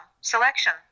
selection